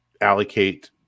allocate